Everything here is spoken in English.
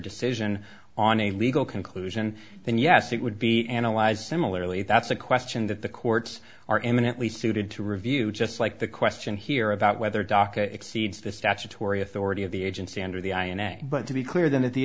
decision on a legal conclusion then yes it would be analyzed similarly that's a question that the courts are eminently suited to review just like the question here about whether daca exceeds the statutory authority of the agency under the i in a but to be clear that the